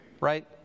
right